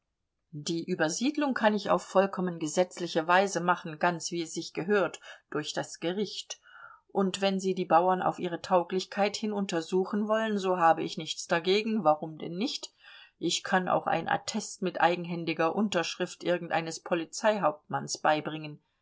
die übersiedlung kann ich auf vollkommen gesetzliche weise machen ganz wie es sich gehört durch das gericht und wenn sie die bauern auf ihre tauglichkeit hin untersuchen wollen so habe ich nichts dagegen warum denn nicht ich kann auch ein attest mit eigenhändiger unterschrift irgendeines polizeihauptmanns beibringen